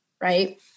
Right